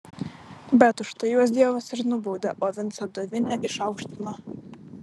bet už tai juos dievas ir nubaudė o vincą dovinę išaukštino